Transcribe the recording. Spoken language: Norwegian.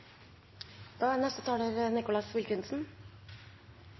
Da har representanten Nicholas Wilkinson